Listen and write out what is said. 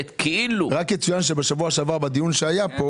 רק יצוין שבשבוע שעבר בדיון שהיה פה